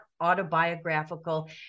autobiographical